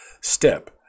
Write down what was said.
step